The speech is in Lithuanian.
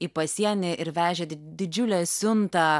į pasienį ir vežė didžiulę siuntą